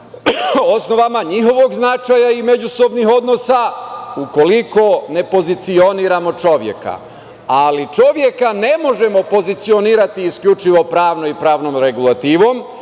osnovama, njihovog značaja i međusobnih odnosa, ukoliko ne pozicioniramo čoveka. Ali, čoveka ne možemo pozicionirati isključivo pravno i pravnom regulativom,